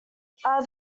are